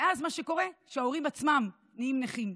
ואז מה שקורה הוא שההורים עצמם נהיים נכים,